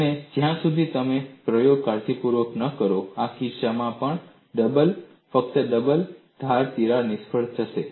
અને જ્યા સુધી તમે પ્રયોગ કાળજીપૂર્વક ન કરો આ કિસ્સામાં પણ ફક્ત ડબલ ધાર તિરાડ નિષ્ફળ જશે